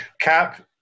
CAP